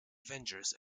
avengers